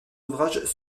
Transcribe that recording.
ouvrages